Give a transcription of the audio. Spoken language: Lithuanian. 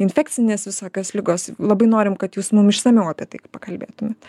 infekcinės visokios ligos labai norim kad jūs mum išsamiau apie tai pakalbėtumėt